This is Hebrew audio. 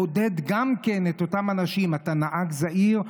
לעודד גם כן את אותם אנשים: אתה נהג זהיר,